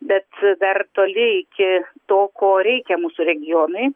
bet dar toli iki to ko reikia mūsų regionui